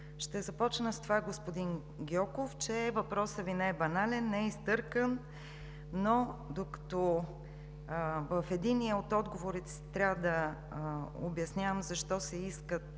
ще започна с това, че въпросът Ви не е банален, не е изтъркан, но докато в единия от отговорите трябва да обяснявам защо се искат